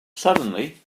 suddenly